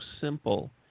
simple